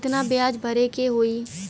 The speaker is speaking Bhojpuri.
कितना ब्याज भरे के होई?